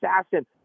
assassin